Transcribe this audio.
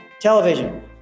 television